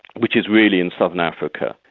which is really in southern africa,